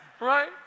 Right